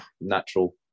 natural